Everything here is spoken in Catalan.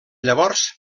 llavors